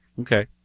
Okay